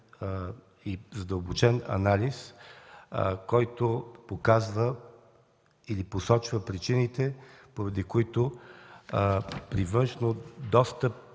и задълбочен анализ, който показва и посочва причините, поради които при външно доста